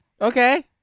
Okay